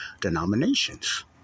denominations